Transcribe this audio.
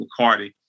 McCarty